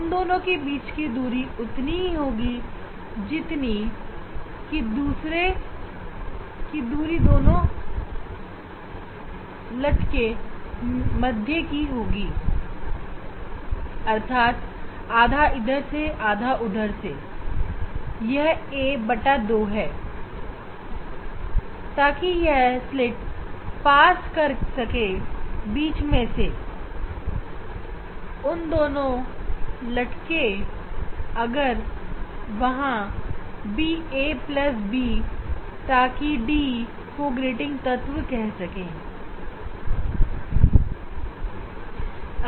उन दोनों स्लिट के बीच की दूरी उतनी होगी जितनी कि दूरी दोनों स्लिट के केंद्र के बीच में होगी अर्थात a2 इधर से और a2 उधर से और इनके बीच की दूरी b तो दोनों स्लिट के केंद्र की दूरी d a2ba2 d ab इस d को ग्रेटिंग तत्व कहते हैं